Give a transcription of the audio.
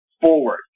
forward